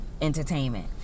entertainment